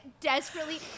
desperately